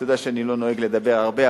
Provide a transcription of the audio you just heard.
אתה יודע שאני לא נוהג לדבר הרבה,